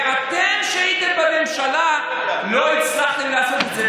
ואתם, כשהייתם בממשלה, לא הצלחתם לעשות את זה.